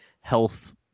health